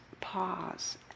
pause